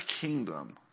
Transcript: kingdom